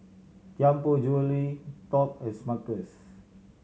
Tianpo Jewellery Top and Smuckers